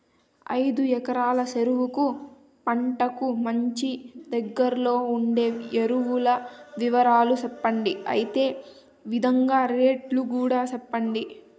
ఐదు ఎకరాల చెరుకు పంటకు మంచి, దగ్గర్లో ఉండే ఎరువుల వివరాలు చెప్పండి? అదే విధంగా రేట్లు కూడా చెప్పండి?